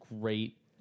great